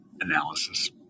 analysis